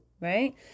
right